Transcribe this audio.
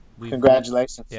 Congratulations